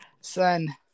son